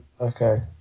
Okay